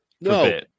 No